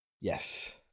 Yes